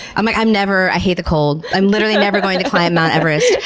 i'm like i'm never i hate the cold, i'm literally never going to climb mount everest.